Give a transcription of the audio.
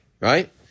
right